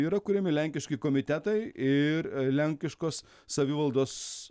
yra kuriami lenkiški komitetai ir lenkiškos savivaldos